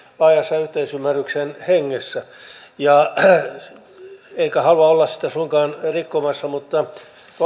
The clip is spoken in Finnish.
laajassa yhteisymmärryksen hengessä enkä halua olla sitä suinkaan rikkomassa mutta